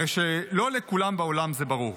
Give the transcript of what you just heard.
הרי שלא לכולם בעולם זה ברור.